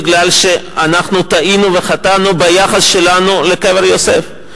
בגלל שאנחנו טעינו וחטאנו ביחס שלנו לקבר יוסף,